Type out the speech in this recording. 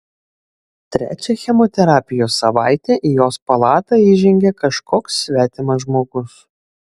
trečią chemoterapijos savaitę į jos palatą įžengė kažkoks svetimas žmogus